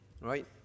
right